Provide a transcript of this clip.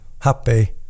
happy